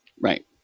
Right